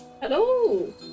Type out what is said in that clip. hello